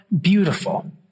beautiful